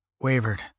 Wavered